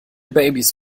babys